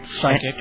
Psychic